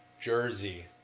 Jersey